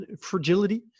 Fragility